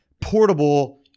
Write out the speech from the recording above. portable